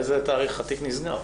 באיזה תעריך התיק נסגר?